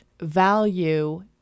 value